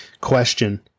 question